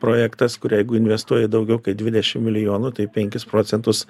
projektas kur jeigu investuoji daugiau kaip dvidešim milijonų tai penkis procentus